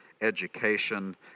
education